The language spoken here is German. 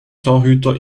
torhüter